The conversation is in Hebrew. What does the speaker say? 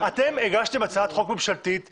אתם הגשתם הצעת חוק ממשלתית שאומרת: